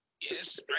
yes